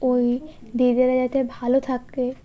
ওই দিদিরা যাতে ভালো থাকে